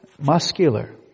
muscular